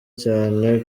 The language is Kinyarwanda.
cyane